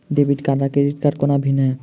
Debit card आ credit कोना भिन्न है?